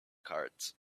cards